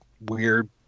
weird